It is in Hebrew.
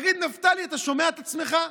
תגיד נפתלי, אתה שומע את עצמך?